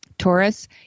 Taurus